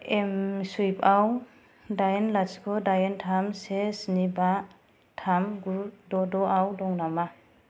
M स्वुइफ आव दाइन लाथिख' दाइन थाम से स्नि बा थाम गु द' द'आव दं नामा